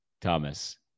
Thomas